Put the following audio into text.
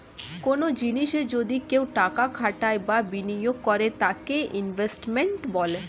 কনো জিনিসে যদি কেউ টাকা খাটায় বা বিনিয়োগ করে তাকে ইনভেস্টমেন্ট বলে